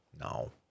No